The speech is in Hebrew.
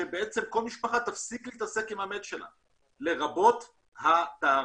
שכל משפחה תפסיק להתעסק עם המת שלה, לרבות הטהרה.